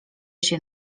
się